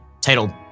titled